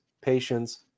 patience